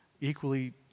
equally